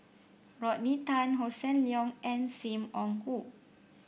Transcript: Rodney Tan Hossan Leong and Sim Wong Hoo